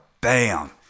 bam